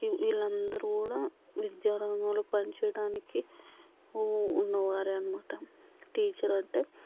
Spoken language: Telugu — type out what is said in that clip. ఇలా వీళ్ళందరూ కూడా విద్యా రంగంలో పనిచేయడానికి ఉ ఊన్నవారే అన్నమాట టీచర్ అంటే